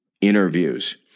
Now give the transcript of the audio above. interviews